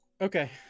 Okay